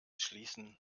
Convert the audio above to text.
schließen